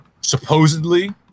supposedly